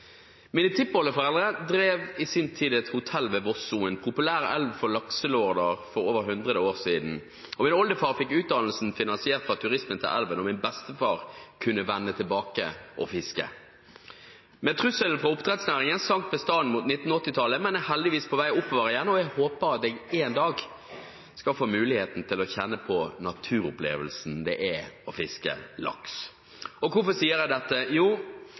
Mine tippoldeforeldre drev i sin tid et hotell ved Vosso, en populær elv for lakselorder for over 100 år siden. Min oldefar fikk utdannelsen sin finansiert av turismen til elven, og min bestefar kunne vende tilbake og fiske. Med trusselen fra oppdrettsnæringen sank bestanden mot 1980-tallet, men den er heldigvis på vei oppover igjen, og jeg håper at jeg en dag skal få muligheten til å kjenne på naturopplevelsen det er å fiske laks. Hvorfor sier jeg dette? Jo,